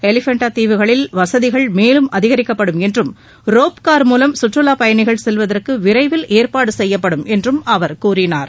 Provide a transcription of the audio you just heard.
எலிபெண்டா தீவுகளில் வசதிகள் மேலும் அழிரிக்கப்படும் என்றும் ரோப்கார் மூலம் சுற்றுலாப்பயணிகள் செல்வதற்கு விரைவில் ஏற்பாடு செய்யப்படும் என்று அவர் கூறினார்